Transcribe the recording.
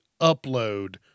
upload